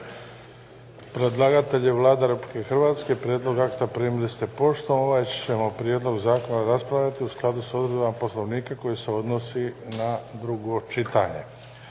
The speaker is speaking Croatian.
Predlagatelj je Vlada Republike Hrvatske. Prijedlog akta primili ste poštom. Ovaj ćemo prijedlog zakona raspravljati u skladu s odredbama Poslovnika koji se odnosi na drugo čitanje.